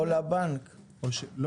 או לבנק, כן.